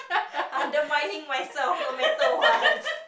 undermining myself no matter what